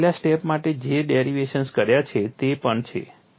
આપણે છેલ્લા સ્ટેપ માટે જે ડેરિવેશન્સ કર્યા છે તે પણ છે